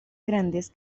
grandes